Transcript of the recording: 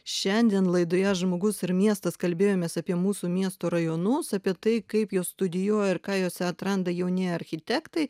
šiandien laidoje žmogus ir miestas kalbėjomės apie mūsų miesto rajonus apie tai kaip juos studijuoja ir ką juose atranda jauni architektai